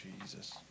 Jesus